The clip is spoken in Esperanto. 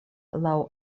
laŭ